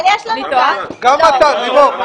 גם מתן רישיון.